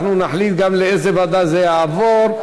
אנחנו נחליט גם לאיזו ועדה זה יעבור.